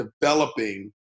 developing